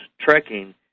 trekking